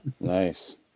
nice